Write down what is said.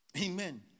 Amen